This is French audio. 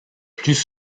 plus